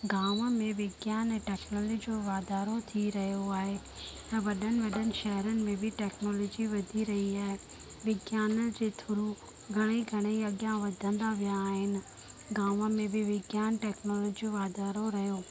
गांव में विज्ञान ऐं टैक्नोलॉजी जो वाधारो थी रहियो आहे ऐं वॾनि वॾनि शहरनि में बि टैक्नोलॉजी वधी रही आहे विज्ञान जे थ्रू घणेई घणेई अॻियां वधंदा विया आहिनि गांव में बि विज्ञान टैक्नोलॉजी जो वाधारो रहियो